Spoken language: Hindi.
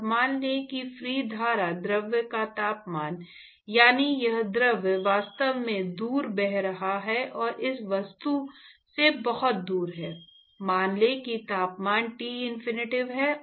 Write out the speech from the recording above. और मान लें कि फ्री धारा द्रव का तापमान यानी यह द्रव वास्तव में दूर बह रहा है और इस वस्तु से बहुत दूर है मान लें कि तापमान टिनफिनिटी है